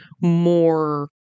more